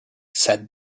said